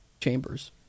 Chambers